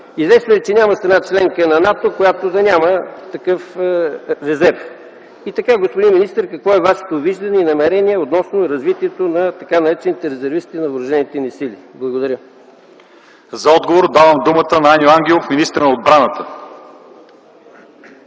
Известно е, че няма страна - членка на НАТО, която да няма такъв резерв. Господин министър, какво е Вашето виждане и намерение относно развитието на така наречените резервисти на въоръжените ни сили? Благодаря. ПРЕДСЕДАТЕЛ ЛЪЧЕЗАР ИВАНОВ: За отговор давам думата на Аню Ангелов – министър на отбраната.